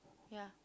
ya